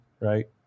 right